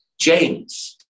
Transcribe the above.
James